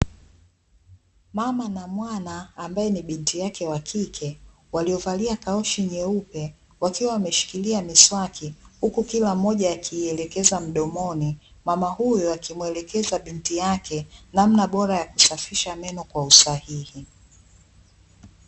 Mama na mwana ambaye ni binti yake wa kike waliovalia kaushi nyeupe, wakiwa wameshikilia miswaki huku kila mmoja akiieielekeza mdomoni, mama huyo akimuelekeza binti yake namna bora ya kusafisha meno kwa usahihi.